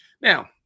Now